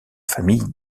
famille